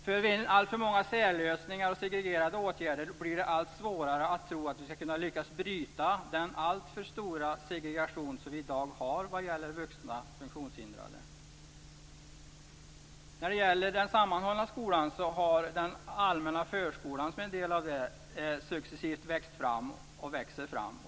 För vi in alltför många särlösningar och segregerande åtgärder blir det allt svårare att tro att vi ska kunna lyckas bryta den alltför stora segregation som vi i dag har när det gäller vuxna funktionshindrade. När det gäller den sammanhållna skolan har den allmänna förskolan successivt växt fram.